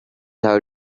how